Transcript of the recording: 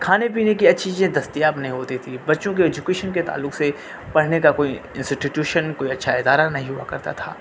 کھانے پینے کی اچھی چیزیں دستیاب نہیں ہوتی تھی بچوں کے ایجوکیشن کے تعلق سے پرھنے کا کوئی انسٹیٹیوشن کوئی اچھا ادارہ نہیں ہوا کرتا تھا